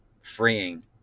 freeing